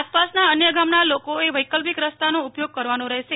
આસપાસના અન્ય ગામના લોકોએ વૈકલ્પિક રસ્તાનો ઉપયોગ કરવાનો રહેશે